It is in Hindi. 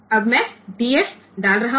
अब मैं डीएफ डाल रहा हूं